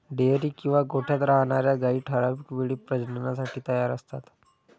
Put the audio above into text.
dairy किंवा गोठ्यात राहणार्या गायी ठराविक वेळी प्रजननासाठी तयार असतात